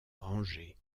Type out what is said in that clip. rangée